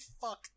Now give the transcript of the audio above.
fuck